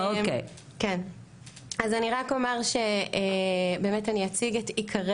אני באמת אציג את עיקרי